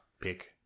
pick